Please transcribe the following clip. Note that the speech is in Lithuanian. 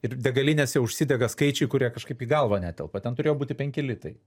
ir degalinėse užsidega skaičiai kurie kažkaip į galvą netelpa ten turėjo būti penki litai